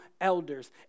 elders